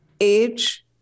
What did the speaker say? age